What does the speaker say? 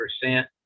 percent